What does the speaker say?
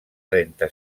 trenta